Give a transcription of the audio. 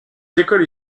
écoles